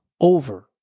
over